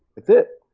that's it,